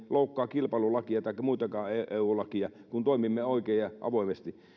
loukkaa kilpailulakia taikka muutakaan eu lakia kun toimimme oikein ja avoimesti